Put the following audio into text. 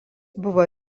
buvo